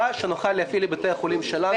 שנוכל להפעיל את בתי החולים שלנו בצורה תקינה.